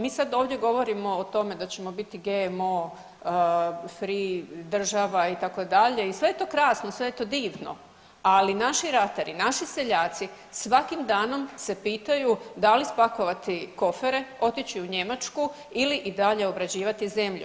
Mi sad ovdje govorimo o tome da ćemo biti GMO free država itd. i sve je to krasno, sve je to divno, ali naši ratari, naši seljaci svakim danom se pitaju da li spakovati kofere, otići u Njemačku ili i dalje obrađivati zemlju.